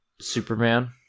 Superman